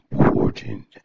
important